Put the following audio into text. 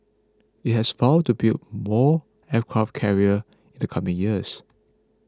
it has vowed to build more aircraft carrier in the coming years